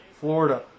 Florida